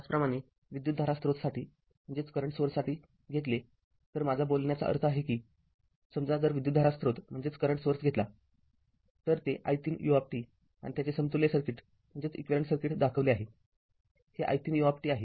त्याचप्रमाणे विद्युतधारा स्रोतसाठी घेतले तरमाझा बोलण्याचा अर्थ आहे कि समजा जर विद्युतधारा स्रोत घेतला तर ते i३u आणि त्याचे समतुल्य सर्किट दाखविले आहे हे i३u आहे